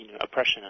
oppression